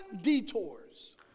detours